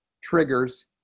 triggers